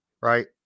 right